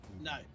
No